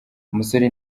umusore